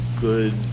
good